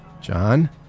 John